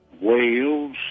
Wales